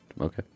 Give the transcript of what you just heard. Okay